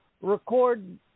record